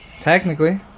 Technically